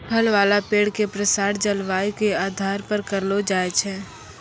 फल वाला पेड़ के प्रसार जलवायु के आधार पर करलो जाय छै